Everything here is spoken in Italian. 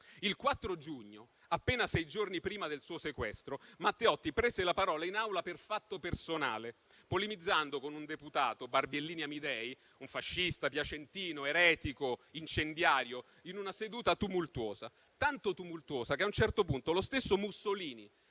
Il 4 giugno, appena sei giorni prima del suo sequestro, Matteotti prende la parola in Aula per fatto personale, polemizzando con un deputato, Barbiellini Amidei (un fascista piacentino eretico e incendiario), in una seduta tumultuosa, tanto tumultuosa che a un certo punto lo stesso Mussolini,